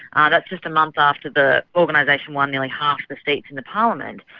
ah that's just a month after the organisation won nearly half the seats in the parliament,